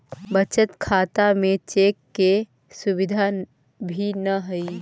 बचत खाता में चेक के सुविधा भी न हइ